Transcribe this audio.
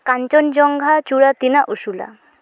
ᱠᱟᱧᱪᱚᱱᱡᱚᱝᱜᱷᱟ ᱪᱩᱲᱟᱹ ᱛᱤᱱᱟᱹᱜ ᱩᱥᱩᱞᱟ